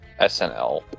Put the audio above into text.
SNL